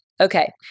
Okay